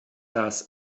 dass